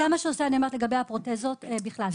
וזה מה שהוא עושה, אני אומרת לגבי הפרוטזות, בכלל.